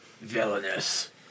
Villainous